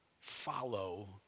follow